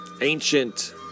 ancient